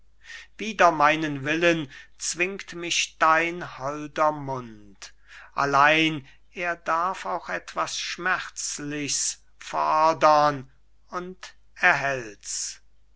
wider meinen willen zwingt mich dein holder mund allein er darf auch etwas schmerzlichs fordern und erhält's